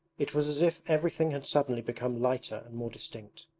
it was as if everything had suddenly become lighter and more distinct.